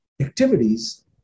activities